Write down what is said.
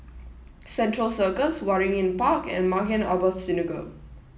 Central Circus Waringin Park and Maghain Aboth Synagogue